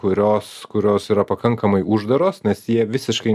kurios kurios yra pakankamai uždaros nes jie visiškai